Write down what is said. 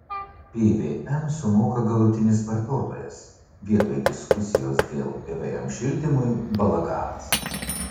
pvm sumoka galutinis vartotojas vietoj diskusijos dėl pvm šildymui balaganas